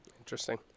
Interesting